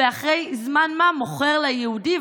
ואחרי זמן מה מוכר ליהודי,